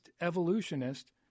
evolutionist